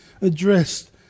addressed